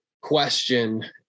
question